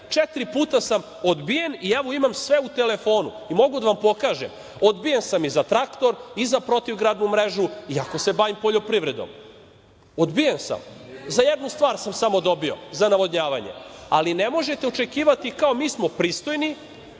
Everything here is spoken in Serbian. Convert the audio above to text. Četiri puta sam odbijen i imam sve u telefonu i mogu da vam pokažem. Odbijen sam i za traktor i za protivgradnu mrežu iako se bavim poljoprivredom. Odbijen sam. Za jednu stvar sam samo dobio, za navodnjavanje. Ali, ne možete očekivati kao mi smo pristojni,